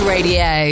Radio